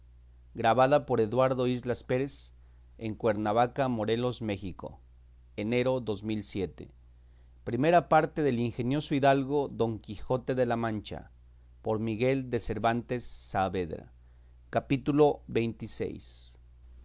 su majestad he visto este libro de la segunda parte del ingenioso caballero don quijote de la mancha por miguel de cervantes saavedra